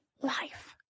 life